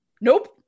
nope